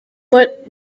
but